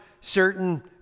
certain